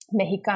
Mexicano